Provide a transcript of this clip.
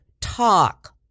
talk